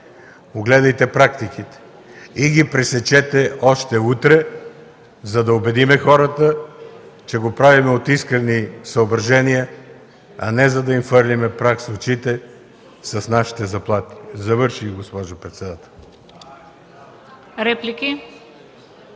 огледайте практиките и ги пресечете още утре, за да убедим хората, че го правим от искрени съображения, а не, за да им хвърлим прах в очите с нашите заплати. Завърших, госпожо председател.